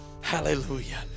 Hallelujah